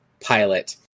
pilot